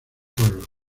pueblos